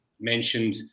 mentioned